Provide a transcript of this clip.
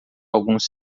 alguns